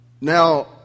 Now